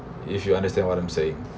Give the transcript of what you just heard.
if you understand what I'm saying